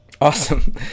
Awesome